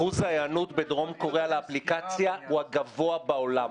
אחוז ההיענות בדרום קוריאה לאפליקציה הוא הגבוה בעולם.